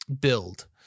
build